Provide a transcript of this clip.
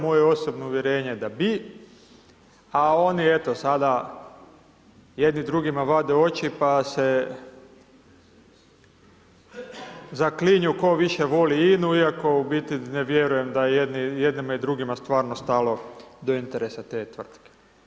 Moje osobno uvjerenje je da bi, a oni eto, sada jedni drugima vade oči, pa se zaklinju tko više voli INA-u iako u biti ne vjerujem da je jednima i drugima stvarno stalo do interesa te tvrtke.